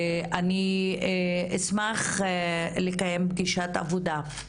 אני אשמח לקיים פגישת עבודה,